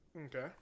Okay